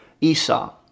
Esau